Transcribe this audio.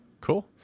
Cool